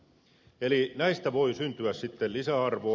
eli näistä voi syntyä sitten lisäarvoa